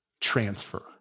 transfer